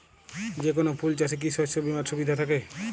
যেকোন ফুল চাষে কি শস্য বিমার সুবিধা থাকে?